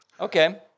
Okay